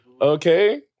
Okay